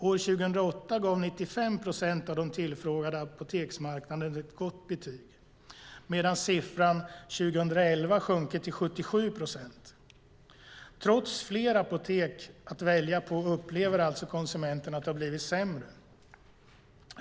År 2008 gav 95 procent av de tillfrågade apoteksmarknaden ett gott betyg, medan siffran 2011 sjunkit till 77 procent. Trots fler apotek att välja på upplever alltså konsumenten att det har blivit sämre.